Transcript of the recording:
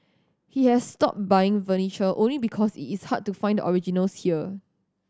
he has stopped buying furniture only because it's hard to find originals here